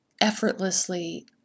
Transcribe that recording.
effortlessly